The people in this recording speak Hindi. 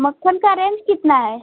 मक्खन का रेंज कितना है